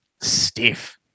stiff